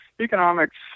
economics